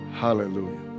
Hallelujah